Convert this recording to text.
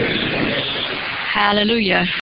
Hallelujah